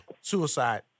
suicide